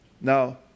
Now